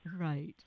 Right